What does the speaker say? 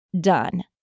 done